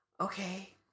okay